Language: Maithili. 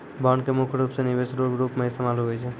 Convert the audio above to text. बांड के मुख्य रूप से निवेश रो रूप मे इस्तेमाल हुवै छै